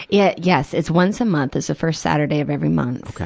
yeah, yes. it's once a month. it's the first saturday of every month,